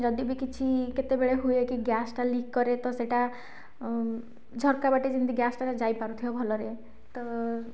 ଯଦି ବି କିଛି କେତେବେଳେ ହୁଏ କି ଗ୍ୟାସ୍ ଟା ଲିକ୍ କରେ ତ ସେଇଟା ଝରକା ବାଟେ ଯେମିତି ଗ୍ୟାସ୍ ଟା ଯାଇପାରୁଥିବ ଭଲରେ ତ